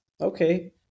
Okay